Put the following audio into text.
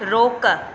रोक